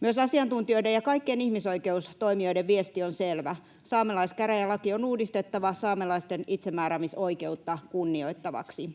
Myös asiantuntijoiden ja kaikkien ihmisoikeustoimijoiden viesti on selvä: saamelaiskäräjälaki on uudistettava saamelaisten itsemääräämisoikeutta kunnioittavaksi.